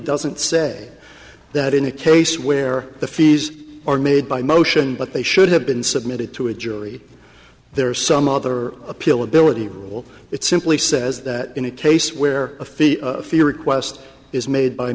doesn't say that in a case where the fees are made by motion but they should have been submitted to a jury there are some other appeal ability rule it simply says that in a case where a fee of fear request is made by